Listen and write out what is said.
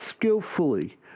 skillfully